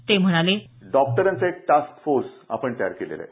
ते म्हणाले डॉक्टराचे एक टास्कफोर्स आपण तयार केलेले आहे